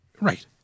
Right